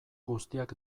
guztiak